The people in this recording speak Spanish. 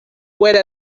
puede